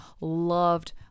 loved